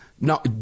No